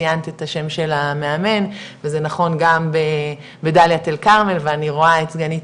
ציינת את השם של המאמן וזה נכון גם בדליית אל כרמל ואני רואה את סגנית